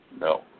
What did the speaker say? No